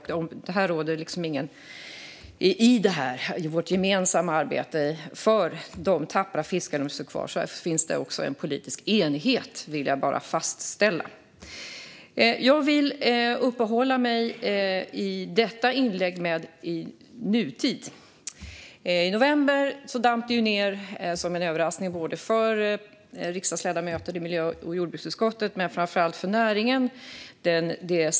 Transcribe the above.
Jag vill fastställa att det i vårt gemensamma arbete för de tappra fiskare som står kvar finns en politisk enighet. Jag vill i detta inlägg uppehålla mig i nutid. I november damp stilleståndet för sillfiske mellan maj och augusti detta år ned, som en överraskning för riksdagsledamöter i miljö och jordbruksutskottet och framför allt för näringen.